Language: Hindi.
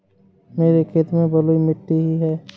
मेरे खेत में बलुई मिट्टी ही है